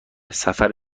سفر